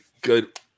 good